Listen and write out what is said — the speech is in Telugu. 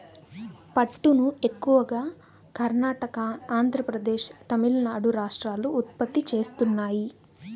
పట్టును ఎక్కువగా కర్ణాటక, ఆంద్రప్రదేశ్, తమిళనాడు రాష్ట్రాలు ఉత్పత్తి చేస్తున్నాయి